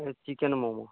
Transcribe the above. হ্যাঁ চিকেন মোমো